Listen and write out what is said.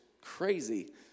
crazy